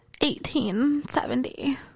1870